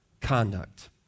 conduct